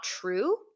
true